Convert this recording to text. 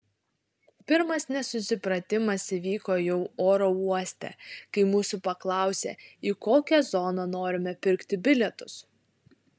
pirmas nesusipratimas įvyko jau oro uoste kai mūsų paklausė į kokią zoną norime pirkti bilietus